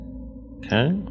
Okay